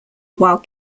while